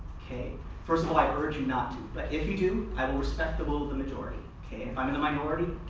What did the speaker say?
okay first of all i urge you not to but if you do, i will respect the vote of the majority. if i'm in the minority,